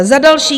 Za další.